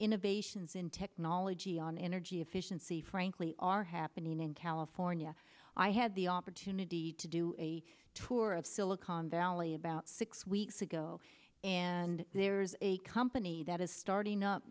innovations in technology on energy efficiency frankly are happening in california i had the opportunity to do a tour of still a condo only about six weeks ago and there's a company that is starting up